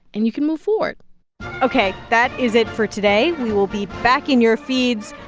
and you can move forward ok. that is it for today. we will be back in your feeds,